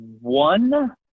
one